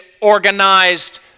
organized